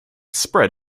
spread